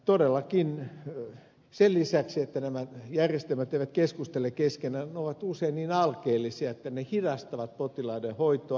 todellakin sen lisäksi että nämä järjestelmät eivät keskustele keskenään ne ovat usein niin alkeellisia että ne hidastavat potilaiden hoitoa